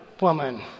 woman